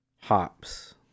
Hops